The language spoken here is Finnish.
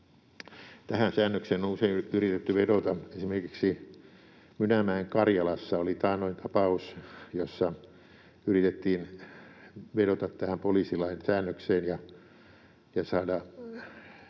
Tähän säännökseen on usein yritetty vedota. Esimerkiksi Mynämäen Karjalassa oli taannoin tapaus, jossa yritettiin vedota tähän poliisilain säännökseen ja saada